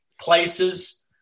places